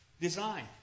design